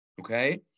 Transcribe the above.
Okay